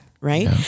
right